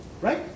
Right